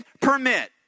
permit